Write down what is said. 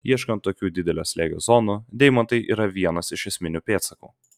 ieškant tokių didelio slėgio zonų deimantai yra vienas iš esminių pėdsakų